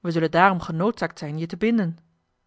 we zullen daarom genoodzaakt zijn je te binden